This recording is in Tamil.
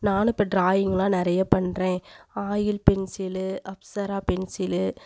நானும் இப்போ ட்ராயிங்கெலாம் நிறைய பண்றேன் ஆயில் பென்சிலு அப்சரா பென்சிலு